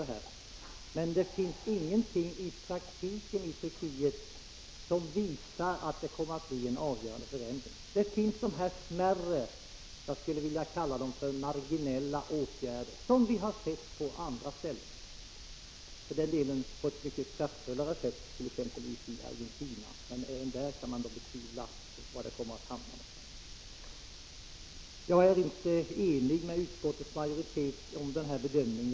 Men det finns ingenting i praktiken i Turkiet som visar att det kommer att bli en avgörande förändring. Det finns smärre — jag skulle vilja kalla dem för marginella — åtgärder som vi sett har vidtagits på andra håll. För den delen på ett mycket kraftfullare sätt i exempelvis Argentina, men även där kan man betvivla vad det hela kommer att leda till. Jag är inte ense med utskottsmajoriteten om bedömningen.